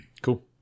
Cool